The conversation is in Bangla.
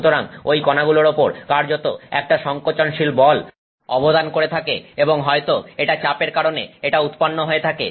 সুতরাং ঐ কনাগুলোর ওপর কার্যত একটা সংকোচনশীল বল অবদান করে থাকে এবং হয়তো এটা চাপের কারণে এটা উৎপন্ন হয়ে থাকে